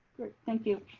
thank you.